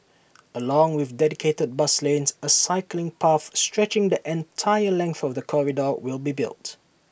along with dedicated bus lanes A cycling path stretching the entire length of the corridor will be built